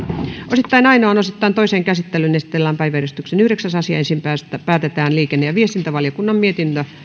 osittain ainoaan osittain toiseen käsittelyyn esitellään päiväjärjestyksen yhdeksäs asia ensin päätetään liikenne ja viestintävaliokunnan mietinnön